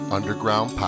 Underground